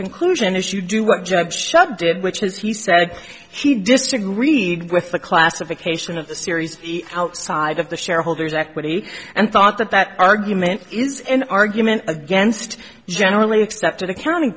conclusion is you do what job shop did which is he said he disagreed with the classification of the series outside of the shareholders equity and thought that that argument is an argument against generally accepted accounting